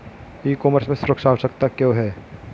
ई commerce में सुरक्षा आवश्यक क्यों है?